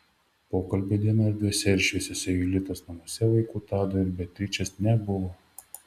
pokalbio dieną erdviuose ir šviesiuose julitos namuose vaikų tado ir beatričės nebuvo